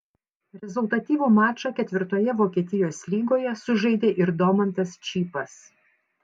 rezultatyvų mačą ketvirtoje vokietijos lygoje sužaidė ir domantas čypas